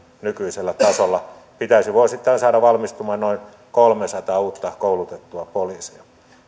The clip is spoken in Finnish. nykyisellä tasolla pitäisi vuosittain saada valmistumaan noin kolmesataa uutta koulutettua poliisia